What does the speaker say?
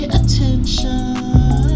attention